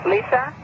Lisa